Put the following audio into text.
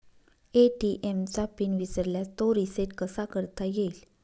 ATM चा PIN विसरल्यास तो रिसेट कसा करता येईल?